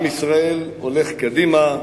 עם ישראל הולך קדימה,